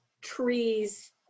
trees